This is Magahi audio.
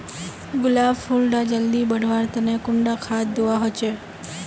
गुलाब फुल डा जल्दी बढ़वा तने कुंडा खाद दूवा होछै?